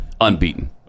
unbeaten